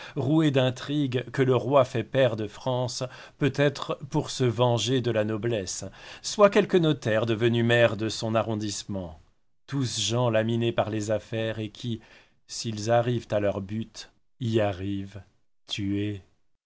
roué d'intrigues que le roi fait pair de france peut-être pour se venger de la noblesse soit quelque notaire devenu maire de son arrondissement tous gens laminés par les affaires et qui s'ils arrivent à leur but y arrivent tués